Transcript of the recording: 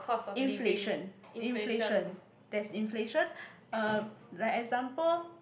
inflation inflation there's inflation uh like example